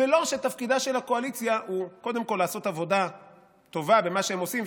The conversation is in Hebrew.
ולא שתפקידה של הקואליציה הוא קודם כול לעשות עבודה טובה במה שהם עושים,